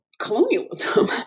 colonialism